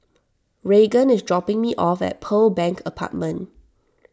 Raegan is dropping me off at Pearl Bank Apartment